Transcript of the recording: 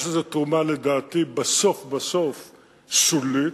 יש לזה תרומה, לדעתי, בסוף בסוף שולית,